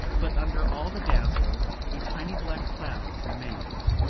but under all the dazzle a tiny black cloud remained.